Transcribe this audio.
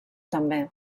també